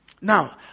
Now